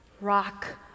rock